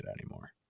anymore